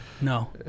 No